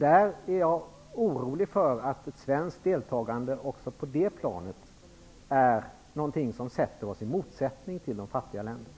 Jag är orolig för att ett svenskt deltagande på det planet sätter oss i motsatsställning till de fattiga länderna.